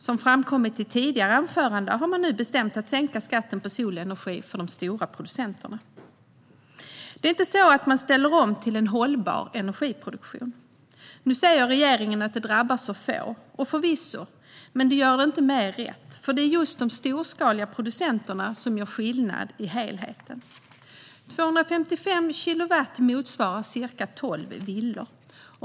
Som framkommit i ett tidigare anförande har man nu bestämt sig för att sänka skatten på solenergi för de stora producenterna. Det är dock inte så att man ställer om till en hållbar energiproduktion. Nu säger regeringen att det drabbar så få - förvisso är det så, men det gör inte det hela mer rätt. Det är nämligen just de storskaliga producenterna som gör skillnad i helheten. 255 kilowatt motsvarar ungefär tolv villor.